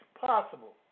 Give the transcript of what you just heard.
possible